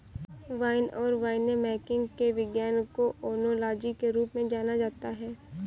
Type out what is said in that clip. wine और winemaking के विज्ञान को ओनोलॉजी के रूप में जाना जाता है